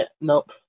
nope